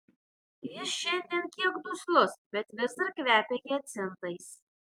jis šiandien kiek duslus bet vis dar kvepia hiacintais